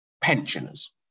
pensioners